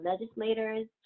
legislators